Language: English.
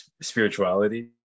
spirituality